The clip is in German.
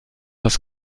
das